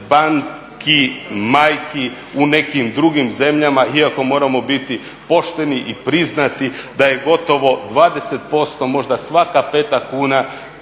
banaka majki u nekim drugim zemljama iako moramo biti pošteni i priznati da je gotovo 20%, možda svaka peta kuna,